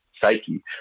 psyche